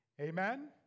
Amen